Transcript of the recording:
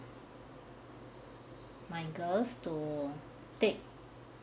my girls to take